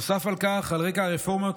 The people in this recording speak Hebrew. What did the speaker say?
נוסף על כך, על רקע הרפורמות,